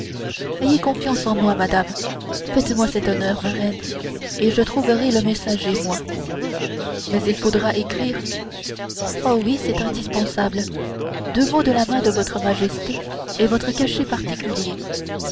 ayez confiance en moi madame faites-moi cet honneur ma reine et je trouverai le messager moi mais il faudra écrire oh oui c'est indispensable deux mots de la main de votre majesté et votre cachet particulier